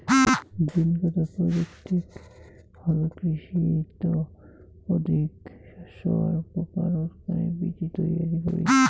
জীনগত প্রযুক্তিক হালকৃষিত অধিকো শস্য আর পোকা রোধকারি বীচি তৈয়ারী করি